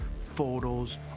photos